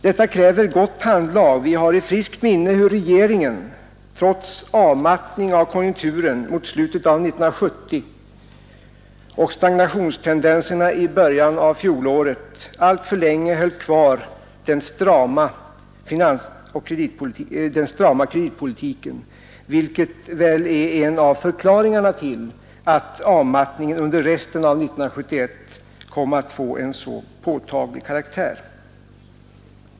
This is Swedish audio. Detta kräver gott handlag. Vi har i friskt minne hur regeringen, trots avmattning av konjunkturen mot slutet av 1970 och stagnationstendenserna i början av fjolåret, alltför länge höll kvar den strama kreditpolitiken, vilket väl är en av förklaringarna till att avmattningen under resten av 1971 kom att få en mycket påtaglig karaktär.